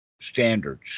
standards